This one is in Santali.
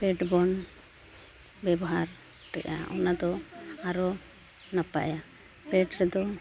ᱵᱚᱱ ᱵᱮᱵᱚᱦᱟᱨᱮᱫᱟ ᱚᱱᱟᱫᱚ ᱟᱨᱚ ᱱᱟᱯᱟᱭᱟ ᱨᱮᱫᱚ